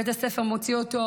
בית הספר מוציא אותו,